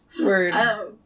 Word